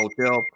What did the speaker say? hotel